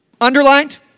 Underlined